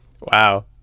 Wow